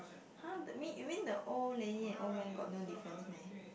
!huh! the mean you mean the old lady and old man got no difference meh